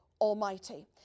Almighty